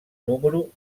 número